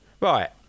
right